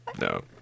No